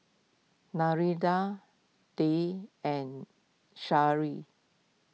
Narendra Dev and